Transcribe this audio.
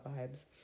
vibes